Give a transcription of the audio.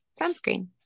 sunscreen